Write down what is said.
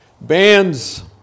Bands